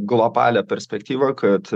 globalią perspektyvą kad